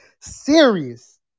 serious